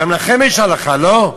גם לכם יש הלכה, לא?